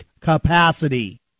capacity